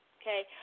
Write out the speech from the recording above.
Okay